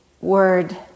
word